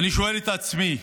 אני שואל את עצמי: